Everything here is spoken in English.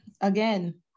again